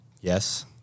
Yes